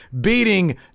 beating